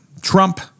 Trump